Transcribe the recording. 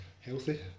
Healthy